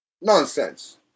Nonsense